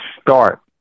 start